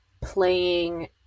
playing